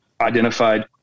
identified